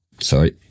sorry